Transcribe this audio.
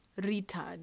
retard